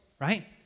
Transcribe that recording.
right